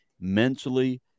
mentally